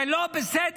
זה לא בסדר.